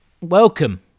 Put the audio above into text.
Welcome